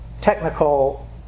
technical